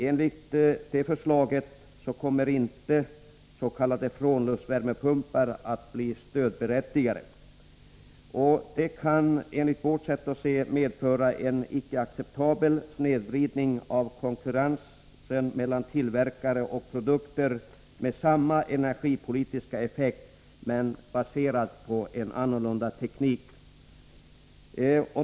Enligt det förslaget kommer inte s.k. frånluftsvärmepumpar att bli stödberättigade. Det kan enligt vårt sätt att se medföra en icke acceptabel snedvridning av konkurrensen mellan tillverkare av produkter med samma energipolitiska effekt men baserade på olika tekniker.